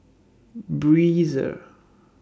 Breezer